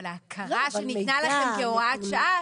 אבל ההכרה שניתנה לכם כהוראת שעה